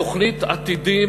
תוכנית "עתידים",